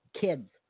kids